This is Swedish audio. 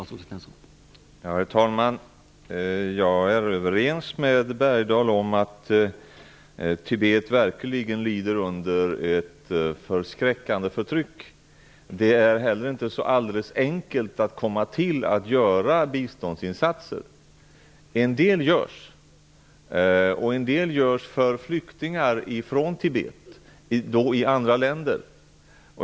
Herr talman! Jag är överens med Leif Bergdahl om att Tibet verkligen lider under ett förskräckande förtryck. Det är heller inte alldeles enkelt att göra biståndsinsatser. En del görs, bl.a. för flyktingar från Tibet i andra länder.